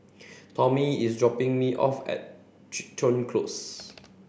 Tommy is dropping me off at Crichton Close